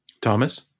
Thomas